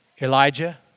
Elijah